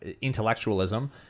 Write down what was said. intellectualism